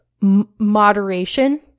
moderation